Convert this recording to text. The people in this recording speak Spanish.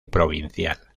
provincial